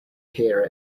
hear